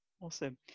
Awesome